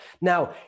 Now